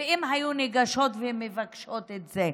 אם היו ניגשות ומבקשות את זה.